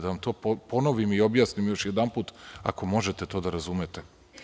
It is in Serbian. Da vam to ponovim i objasnim još jedanput, ako možete to da razumete.